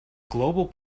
global